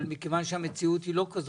אבל מכיוון שהמציאות היא לא כזאת,